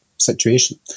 situation